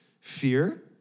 Fear